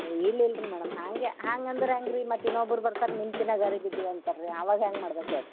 ಇಲ್ಲ ಇಲ್ಲ ರೀ ಮೇಡಮ್ ಹಾಗೆ ಹಾಂಗಂದ್ರೆ ಹೆಂಗೆ ರೀ ಮತ್ತೆ ಇನ್ನೊಬ್ರು ಬರ್ತಾರೆ ನಿಮ್ಗಿಂತ ಗರೀಬ್ ಇದ್ದೀವಿ ಅಂತಾರೆ ರೀ ಅವಾಗ ಹೆಂಗೆ ಮಾಡ್ಬೇಕು ಹೇಳಿ ರೀ